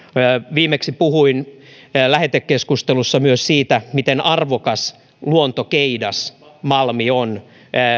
viimeksi puhuin lähetekeskustelussa myös siitä miten arvokas luontokeidas malmi on